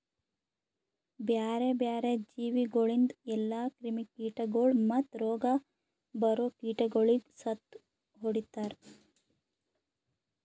ಬ್ಯಾರೆ ಬ್ಯಾರೆ ಜೀವಿಗೊಳಿಂದ್ ಎಲ್ಲಾ ಕ್ರಿಮಿ ಕೀಟಗೊಳ್ ಮತ್ತ್ ರೋಗ ಬರೋ ಕೀಟಗೊಳಿಗ್ ಸತ್ತು ಹೊಡಿತಾರ್